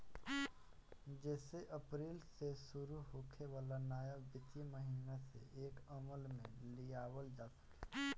जेसे अप्रैल से शुरू होखे वाला नया वित्तीय महिना से एके अमल में लियावल जा सके